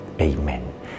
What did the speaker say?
Amen